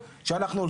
אין ויכוח אחר,